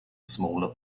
smaller